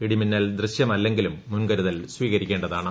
ഇടിമിന്നൽ ദൃശ്യമല്ലെങ്കിലും മുൻകരുതൽ സ്വീകരിക്കേണ്ടതാണ്